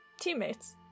Teammates